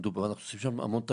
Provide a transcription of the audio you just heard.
אנחנו עושים שם המון תרגילים,